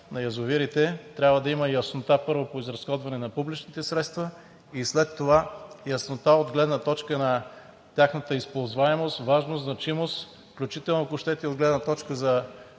трябва да има яснота, първо, по изразходването на публичните средства, и след това яснота от гледна точка на тяхната използваемост, важност, значимост, ако щете включително и от гледна точка на